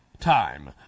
time